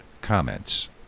comments